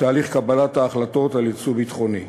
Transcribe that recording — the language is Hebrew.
בתהליך קבלת ההחלטות על ייצוא ביטחוני.